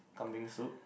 kambing soup